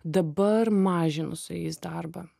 dabar mažinu su jais darbą